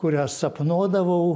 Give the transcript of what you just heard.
kurią sapnuodavau